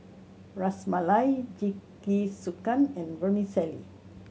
Ras Malai Jingisukan and Vermicelli